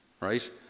right